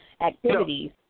activities